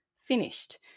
finished